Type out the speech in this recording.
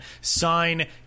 sign